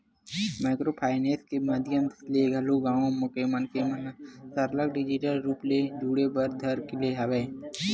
micro finance के माधियम ले घलो गाँव के मनखे मन ह सरलग डिजिटल रुप ले जुड़े बर धर ले हवय